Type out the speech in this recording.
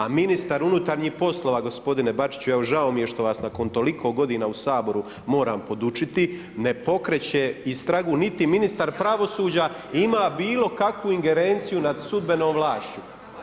A ministar unutarnjih poslova gospodine Bačiću, evo žao mi je što vas nakon toliko godina u Saboru moram podučiti ne pokreće istragu, niti ministar pravosuđa ima bilo kakvu ingerenciju nad sudbenom vlašću.